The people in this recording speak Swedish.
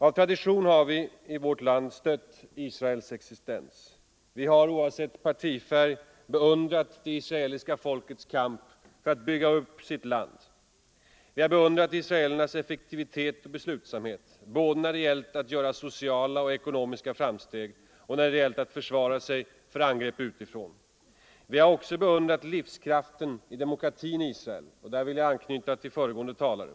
Av tradition har vi i vårt land stött Israels existens. Vi har — oavsett partifärg — beundrat det israeliska folkets kamp för att bygga upp sitt land. Vi har beundrat israelernas effektivitet och beslutsamhet — både när det gällt att göra sociala och ekonomiska framsteg och när det gällt att försvara sig från angrepp utifrån. Vi har också beundrat livskraften i demokratin Israel, där vill jag anknyta till föregående talare.